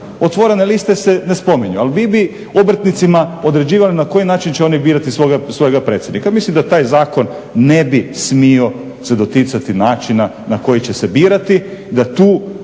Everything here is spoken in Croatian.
otvorene liste se ne spominju. Ali vi bi obrtnicima određivali na koji način će oni birati svojega predsjednika. Mislim da taj zakon ne bi smio se doticati načina na koji će se birati. Znači